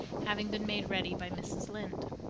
having been made ready by mrs. lynde.